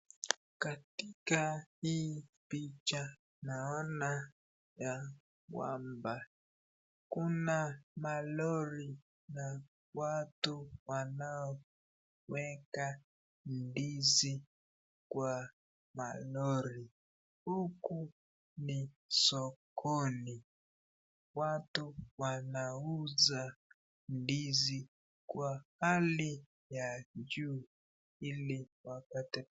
Katika hii picha naona ya kwamba kuna malori na watu wanaoweka ndizi kwa malori. Huku ni sokoni. Watu wanauza ndizi kwa hali ya juu ili wapate